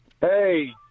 Hey